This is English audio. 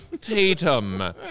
Tatum